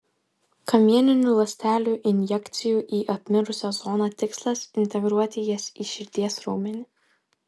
kamieninių ląstelių injekcijų į apmirusią zoną tikslas integruoti jas į širdies raumenį